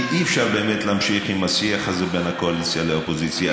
כי אי-אפשר באמת להמשיך עם השיח הזה בין הקואליציה לאופוזיציה.